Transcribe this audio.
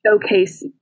showcase